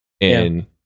and-